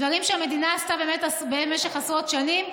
דברים שהמדינה עשתה במשך עשרות שנים,